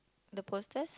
the posters